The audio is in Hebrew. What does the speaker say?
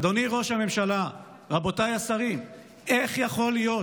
אדוני ראש הממשלה, רבותיי השרים: איך יכול להיות